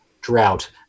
drought